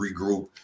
regroup